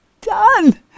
done